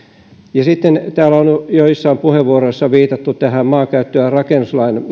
täällä on joissain puheenvuoroissa viitattu tähän maankäyttö ja rakennuslain